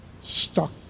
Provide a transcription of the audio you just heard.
stuck